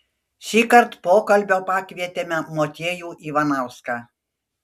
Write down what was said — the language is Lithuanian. šįkart pokalbio pakvietėme motiejų ivanauską